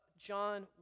John